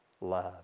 love